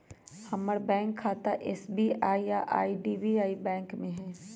हमर बैंक खता एस.बी.आई आऽ आई.डी.बी.आई बैंक में हइ